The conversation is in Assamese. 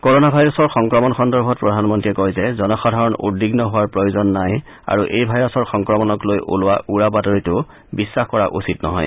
কৰোনা ভাইৰাছৰ সংক্ৰমণ সন্দৰ্ভত প্ৰধানমন্ত্ৰীয়ে কয় যে জনসাধাৰণ উদ্বিগ্ন হোৱাৰ প্ৰয়োজন নাই আৰু এই ভাইৰাছৰ সংক্ৰমণক লৈ ওলোৱা উৰা বাতৰিতো বিশ্বাস কৰা উচিত নহয়